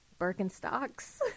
Birkenstocks